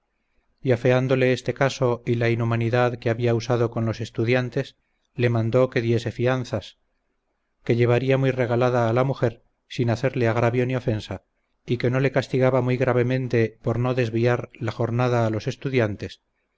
y afeándole este caso y la inhumanidad que había usado con los estudiantes le mandó que diese fianzas que llevaría muy regalada a la mujer sin hacerle agravio ni ofensa y que no le castigaba muy gravemente por no desaviar la jornada a los estudiantes